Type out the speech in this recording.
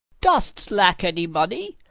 dost lack any money?